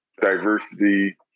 diversity